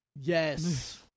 Yes